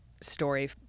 story